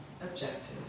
objective